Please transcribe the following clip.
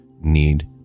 need